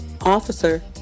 Officer